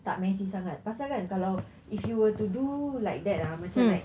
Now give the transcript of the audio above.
tak messy sangat pasal kan if you were to do like that ah macam like